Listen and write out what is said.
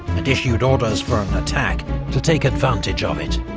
and issued orders for an attack to take advantage of it.